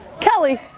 kelly!